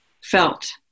felt